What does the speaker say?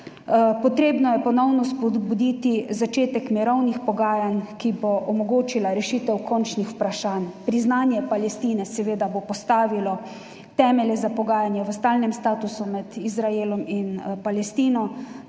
Potrebno je ponovno spodbuditi začetek mirovnih pogajanj, ki bodo omogočila rešitev končnih vprašanj. Priznanje Palestine seveda bo postavilo temelje za pogajanja v stalnem statusu med Izraelom in Palestino.